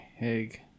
egg